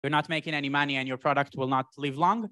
אתם לא עושים כלום והפרודקט שלכם לא יחזיק מעמד הרבה זמן